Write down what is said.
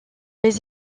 les